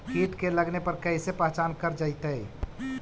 कीट के लगने पर कैसे पहचान कर जयतय?